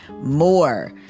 more